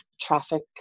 traffic